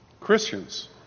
Christians